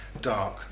dark